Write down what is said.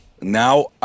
Now